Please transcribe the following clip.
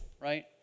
right